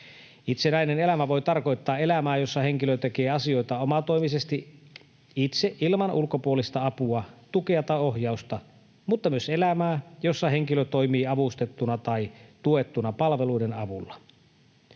Itsenäinen elämä voi tarkoittaa elämää, jossa henkilö tekee asioita omatoimisesti itse, ilman ulkopuolista apua, tukea tai ohjausta, mutta myös elämää, jossa henkilö toimii avustettuna tai tuettuna palveluiden avulla.